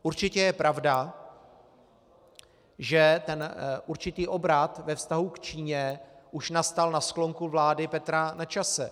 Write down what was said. Určitě je pravda, že určitý obrat ve vztahu k Číně už nastal na sklonku vlády Petra Nečase.